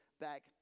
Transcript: back